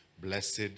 blessed